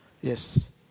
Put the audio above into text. Yes